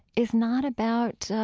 is not about,